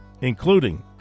including